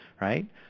right